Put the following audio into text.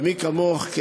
ומי כמוך,